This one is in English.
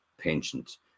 pensions